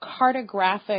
cartographic